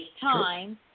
time